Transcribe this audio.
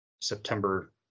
September